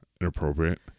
Inappropriate